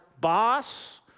boss